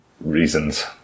reasons